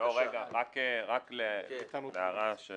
להערה של